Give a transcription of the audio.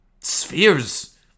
spheres